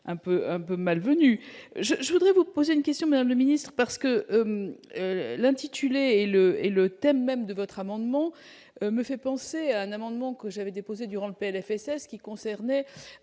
un peu malvenu, je voudrais vous poser une question : le ministre parce que l'intitulé et le et le thème même de votre amendement me fait penser à un amendement que j'avais déposée durant l'Plfss, qui concernait